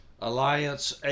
Alliance